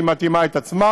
היא מתאימה את עצמה,